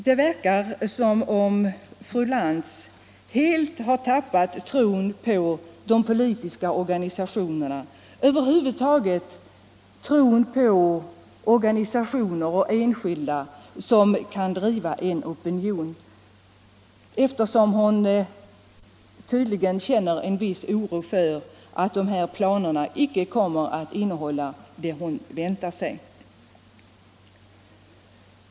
Det verkar som om fru Lantz helt tappat tron på de politiska organisationerna, ja, över huvud taget på att organisationer och enskilda kan driva en opinion. Hon känner tydligen en viss oro för att planerna inte skall innehålla det hon vill.